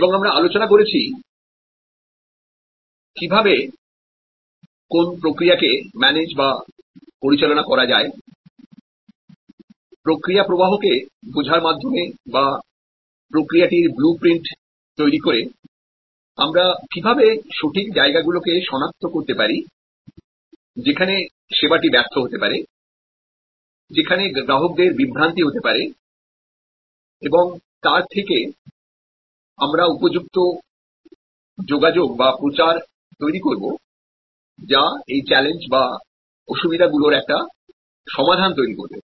এবং আমরা আলোচনা করেছি কিভাবে কোন প্রক্রিয়াকে পরিচালনা করা যায় প্রসেস ফ্লও বোঝার মাধ্যমে বা প্রক্রিয়াটির ব্লু প্রিন্ট তৈরি করে আমরা কিভাবে সঠিক জায়গা গুলোকে শনাক্ত করতে পারি যেখানে পরিষেবাটি ব্যর্থ হতে পারেযেখানে গ্রাহকদের বিভ্রান্তি হতে পারে এবং তার থেকে আমরা উপযুক্ত যোগাযোগ বা প্রচার তৈরি করব যা এই চ্যালেঞ্জ বা অসুবিধাগুলোরএকটা সমাধান তৈরি করবে